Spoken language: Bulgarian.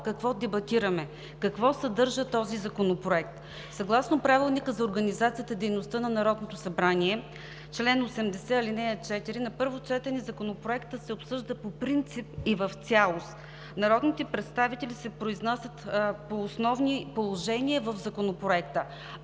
какво дебатираме, какво съдържа този законопроект. Съгласно Правилника за организацията и дейността на Народното събрание, чл. 80, ал. 4, на първо четене законопроектът се обсъжда по принцип и в цялост. Народните представители се произнасят по основни положения в законопроекта,